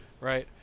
right